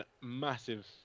massive